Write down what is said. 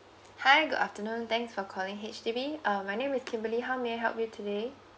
hi good afternoon thanks for calling H_D_B uh my name is kimberly how may I help you today